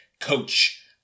coach